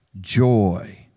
joy